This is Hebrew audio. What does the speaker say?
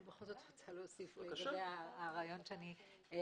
אני בכל זאת רוצה להוסיף לגבי הרעיון שאמרתי.